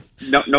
No